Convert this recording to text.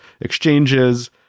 exchanges